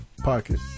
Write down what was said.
pocket